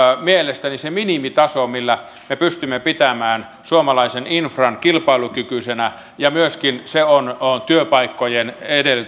mielestäni se minimitaso millä me pystymme pitämään suomalaisen infran kilpailukykyisenä ja se on myöskin työpaikkojen